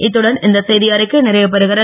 இத்துடன் இந்த செய்தியறிக்கை நிறைவுபெறுகிறது